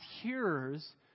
hearers